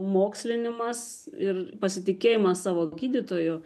mokslinimas ir pasitikėjimas savo gydytoju